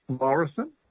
Morrison